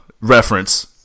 reference